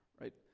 right